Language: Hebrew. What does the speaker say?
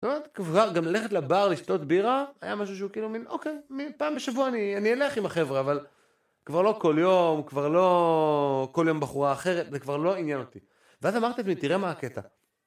...כבר, גם ללכת לבר לשתות בירה, היה משהו שהוא כאילו מין, אוקיי, מ-פעם בשבוע אני... אני אלך עם החברה, אבל... כבר לא כל יום, כבר לא... כל יום בחורה אחרת, זה כבר לא עניין אותי. ואז אמרתם לי, תראה מה הקטע.